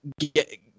get